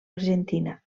argentina